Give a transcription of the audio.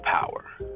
power